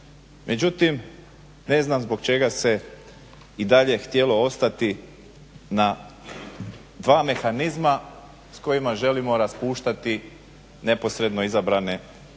međutim ne znam zbog čega se i dalje htjelo ostati na dva mehanizma s kojima želimo raspuštati neposredno izabrane čelnike.